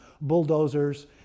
bulldozers